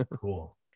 cool